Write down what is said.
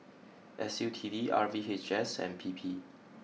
S U T D R V H S and P P